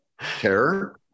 terror